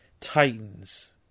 Titans